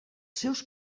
seus